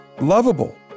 lovable